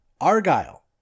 argyle